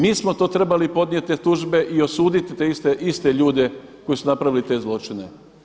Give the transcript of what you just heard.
Mi smo trebali podnijeti te tužbe i osuditi te iste ljude koji su napravili te zločine.